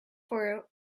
for